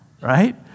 right